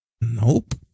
Nope